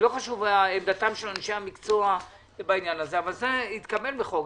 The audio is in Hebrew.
לא חשוב עמדתם של אנשי המקצוע בעניין הזה זה התקבל בחוק,